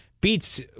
beats